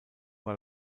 war